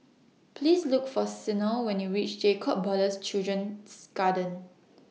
Please Look For Sena when YOU REACH Jacob Ballas Children's Garden